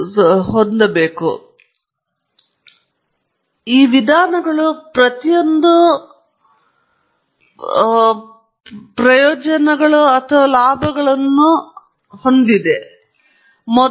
ಆದರೆ ಈ ವಿಧಾನಗಳು ಪ್ರತಿಯೊಂದೂ ಪ್ರಸ್ತಾಪಿಸಲು ಯಾವ ಪ್ರಯೋಜನಗಳನ್ನು ಅಥವಾ ಲಾಭಗಳನ್ನು ಮತ್ತು ಅರ್ಥಗಳನ್ನು ನಾವು ಅರ್ಥಮಾಡಿಕೊಳ್ಳಬೇಕು